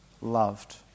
loved